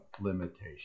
limitation